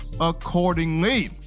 accordingly